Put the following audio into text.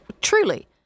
truly